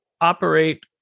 operate